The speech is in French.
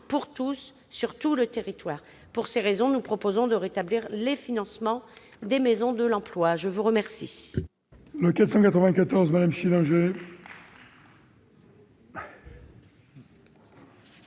pour tous, sur tout le territoire. Pour ces raisons, nous proposons de rétablir les financements des maisons de l'emploi. La parole